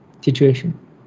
situation